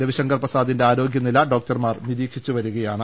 രവിശങ്കർ പ്രസാ ദിന്റെ ആരോഗ്യനില ഡോക്ടർമാർ നിരീക്ഷിച്ചുവരിക യാണ്